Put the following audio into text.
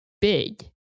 big